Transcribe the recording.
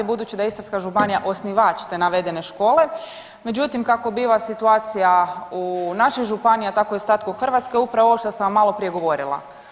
Budući da je Istarska županija osnivač te navedene škole međutim kako biva situacija u našoj županiji, a tako i u ostatku Hrvatske upravo ovo što sam vam maloprije govorila.